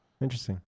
Interesting